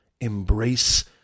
embrace